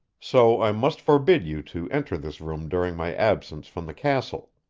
so i must forbid you to enter this room during my absence from the castle.